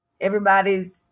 everybody's